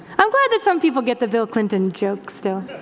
i'm glad that some people get the bill clinton joke, so.